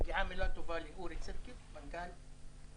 מגיעה מילה טובה לאורי סירקיס, מנכ"ל החברה.